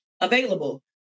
available